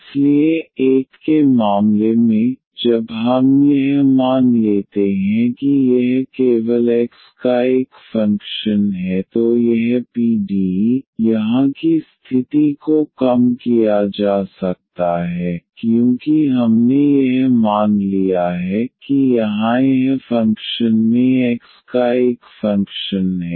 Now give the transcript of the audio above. इसलिए 1 के मामले में जब हम यह मान लेते हैं कि यह केवल x का एक फंक्शन है तो यह PDE यहाँ की स्थिति को कम किया जा सकता है क्योंकि हमने यह मान लिया है कि यहाँ यह फंक्शन मैं x का एक फंक्शन है